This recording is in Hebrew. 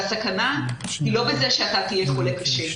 הסכנה היא לא בזה שאתה תהיה חולה קשה.